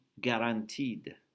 guaranteed